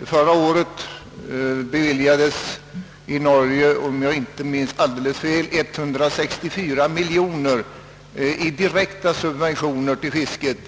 Förra året beviljades i Norge, om jag inte minns alldeles fel, 164 miljoner i dylika direkta subventioner till fisket.